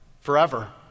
forever